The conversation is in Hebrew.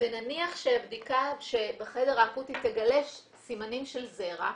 נניח שהבדיקה בחדר האקוטי תגלה סימנים של זרע,